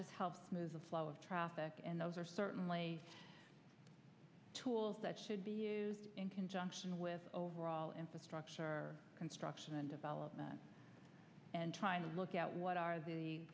just the flow of traffic and those are certainly tools that should be in conjunction with overall infrastructure construction and development and trying to look at what are the